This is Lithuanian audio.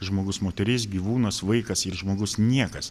žmogus moteris gyvūnas vaikas ir žmogus niekas